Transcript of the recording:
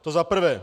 To za prvé.